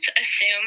assume